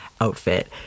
outfit